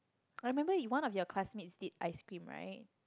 I remember it one of your classmates did ice cream right